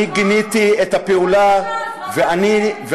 אני גיניתי את הפעולה ואני, אז מה זה שייך?